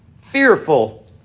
fearful